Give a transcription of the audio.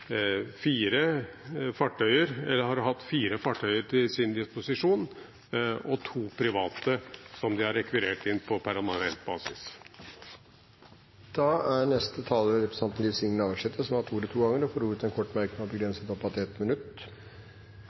fire fartøyer til sin disposisjon og to private som de har rekvirert inn på permanent basis. Representanten Liv Signe Navarsete har hatt ordet to ganger tidligere og får ordet til en kort merknad, begrenset til 1 minutt.